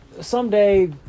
Someday